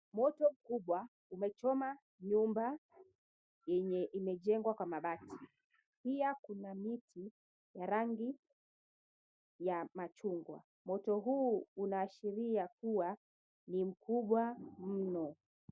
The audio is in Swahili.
Moto mkubwa umechoma nyumba yenye imejengwa kwa mabati. Pia kuna miti ya rangi ya machungwa. Moto huu unaashiria kuwa ni mkubwa mno.